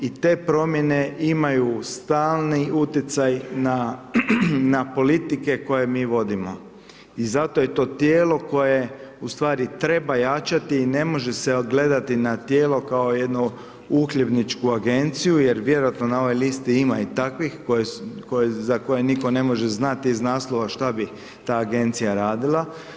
I te promjene imaju stalni utjecaj na politike koje mi vodimo i zato je to tijelo koje, u stvari treba jačati i ne može se gledati na tijelo kao jednu uhljebničku agenciju jer vjerojatno na ovoj listi ima i takvih za koje nitko ne može znati iz naslova šta bi ta agencija radila.